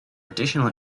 additional